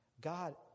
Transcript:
God